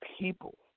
people